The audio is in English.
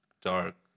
dark